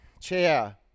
Chair